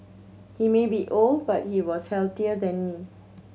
he may be old but he was healthier than me